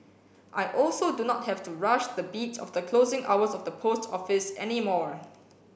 I also do not have to rush the beat of the closing hours of the post office any more